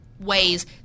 ways